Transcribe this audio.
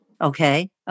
Okay